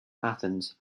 athens